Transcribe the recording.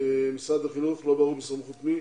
משרד החינוך לא ברור בסמכות מי